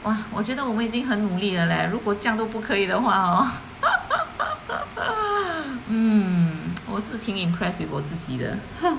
!wah! 我觉得我们已经很努力的 leh 如果这样都不可以的话 hor hmm 我是挺 impressed with 我的自己的